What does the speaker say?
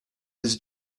his